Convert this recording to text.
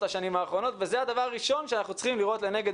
השנים האחרונות וזה הדבר הראשון שאנחנו צריכים לראות לנגד